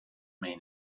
main